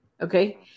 Okay